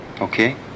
okay